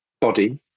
body